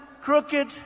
crooked